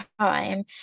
time